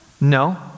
No